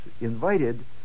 invited